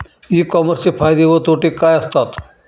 E कॉमर्सचे फायदे व तोटे काय असतात?